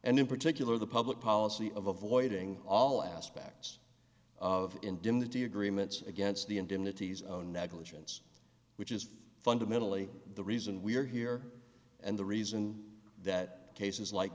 and in particular the public policy of avoiding all aspects of indemnity agreements against the indemnity zone negligence which is fundamentally the reason we are here and the reason that cases like